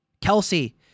Kelsey